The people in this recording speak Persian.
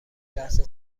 لحظه